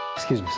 excuse me, sir.